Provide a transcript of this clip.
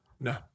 No